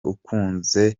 ukunze